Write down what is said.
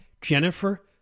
Jennifer